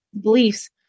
beliefs